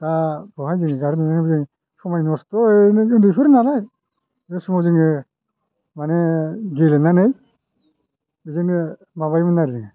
दा बाहाय जों समाय नस्थ' ओरैनो उन्दैफोर नालाय बे समाव जोङो मानि गेलेनानै बिदिनो माबायोमोन आरो जों